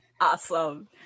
Awesome